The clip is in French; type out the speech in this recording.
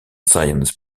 science